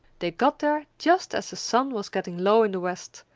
they got there just as the sun was getting low in the west,